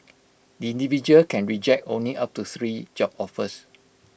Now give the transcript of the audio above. the individual can reject only up to three job offers